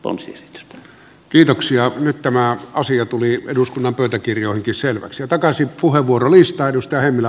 olisit kiitoksia nyt tämä asia tuli eduskunnan pöytäkirjaan kyselevät ja takaisin saa tehdä